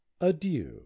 Adieu